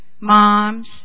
moms